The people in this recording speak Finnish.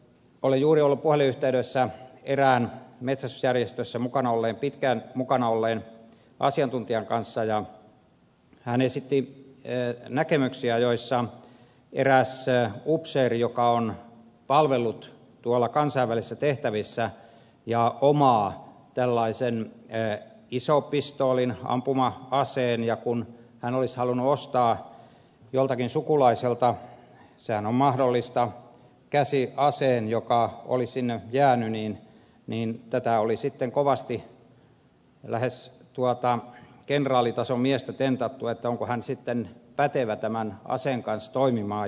olen juuri ollut puhelinyhteydessä erään metsästysjärjestössä pitkään mukana olleen asiantuntijan kanssa ja hän esitti näkemyksiä joissa erästä upseeria joka on palvellut kansainvälisissä tehtävissä ja omaa tällaisen isopistoolin ampuma aseen kun hän olisi halunnut ostaa joltakin sukulaiselta sehän on mahdollista käsi aseen joka oli sinne jäänyt oli sitten kovasti lähes kenraalitason miestä tentattu onko hän sitten pätevä tämän aseen kanssa toimimaan